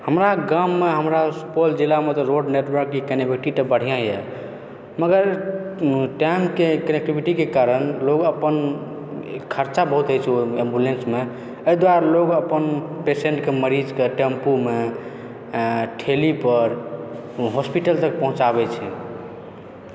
हमरा गाममे हमरा सुपौल जिलामे तऽ रोड नेटवर्कके कनेक्टिविटी तऽ बढिआँए मगर टाइमके कनेक्टिविटीके कारण लोग अपन खर्चा बहुत होइत छै ओहिमे एम्बुलेन्समे एहि दुआरे लोग अपन पेशेंटकेँ मरीजकेँ टेम्पूमे ठेलीपर हॉस्पिटल तक पहुँचाबैत छै